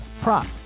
prop